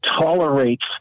tolerates